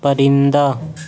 پرندہ